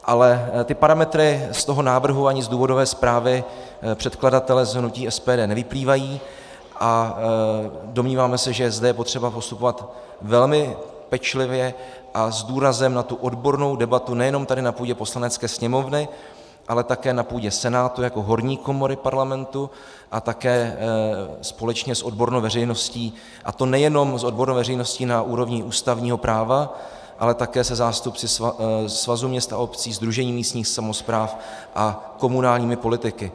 Ale parametry z toho návrhu ani z důvodové zprávy předkladatele z hnutí SPD nevyplývají a domníváme se, že zde je potřeba postupovat velmi pečlivě a s důrazem na odbornou debatu nejenom tady na půdě Poslanecké sněmovny, ale také na půdě Senátu jako horní komory Parlamentu a také společně s odbornou veřejností, a to nejenom s odbornou veřejností na úrovni ústavního práva, ale také se zástupci Svazu měst a obcí, Sdružení místních samospráv a komunálními politiky.